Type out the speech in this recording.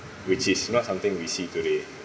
which is not something we see today